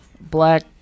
Black